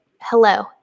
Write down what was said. hello